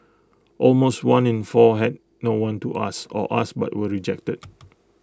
almost one in four had no one to ask or asked but were rejected